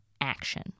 action